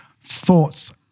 Thoughts